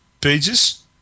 pages